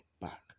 back